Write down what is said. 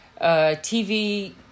TV